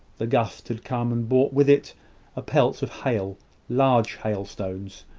the gust had come, and brought with it a pelt of hail large hailstones,